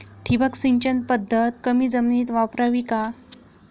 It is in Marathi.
ठिबक सिंचन पद्धत कमी जमिनीत वापरावी का?